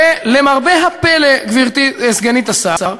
ולמרבה הפלא, גברתי סגנית השר,